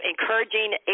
encouraging